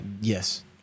Yes